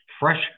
fresh